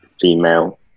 female